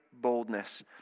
boldness